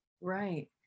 right